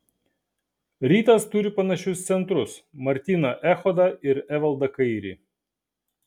rytas turi panašius centrus martyną echodą ir evaldą kairį